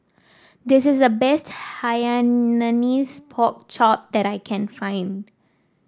this is the best Hainanese Pork Chop that I can find